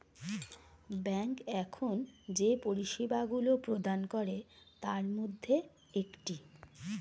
bank এখন যে পরিষেবাগুলি প্রদান করে তার মধ্যে একটি